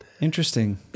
interesting